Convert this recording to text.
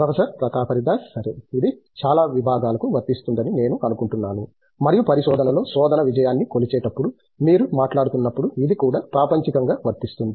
professor Pratap Haridas సరే ఇది చాలా విభాగాలకు వర్తిస్తుందని నేను అనుకుంటున్నాను మరియు పరిశోధనలో శోధన విజయాన్ని కొలిచేటప్పుడు మీరు మాట్లాడుతున్నప్పుడు ఇది కూడా ప్రాపంచికంగా వర్తిస్తుంది